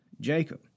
Jacob